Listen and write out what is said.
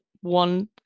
one